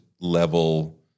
level